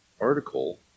article